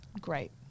great